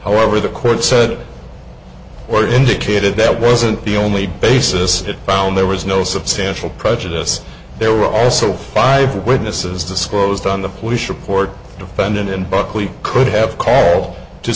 however the court said or indicated that wasn't the only basis it found there was no substantial prejudice there were also five witnesses disclosed on the police report defendant and buckley could have call to